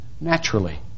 naturally